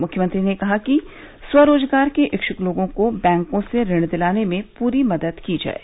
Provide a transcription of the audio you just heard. मुख्यमंत्री ने कहा कि स्वरोजगार के इच्छुक लोगों को बैंकों से ऋण दिलाने में पूरी मदद की जाये